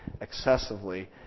excessively